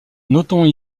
notons